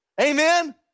Amen